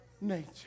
nature